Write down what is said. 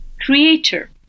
creator